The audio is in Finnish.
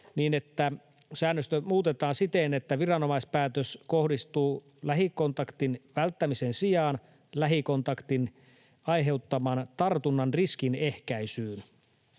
niin, että säännöstö muutetaan siten, että viranomaispäätös kohdistuu lähikontaktin välttämisen sijaan lähikontaktin aiheuttaman tartunnan riskin ehkäisyyn.